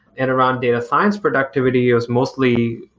and around data science productivity is mostly,